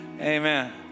Amen